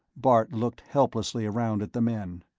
bart looked helplessly around at the men.